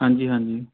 ਹਾਂਜੀ ਹਾਂਜੀ